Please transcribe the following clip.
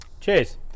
Cheers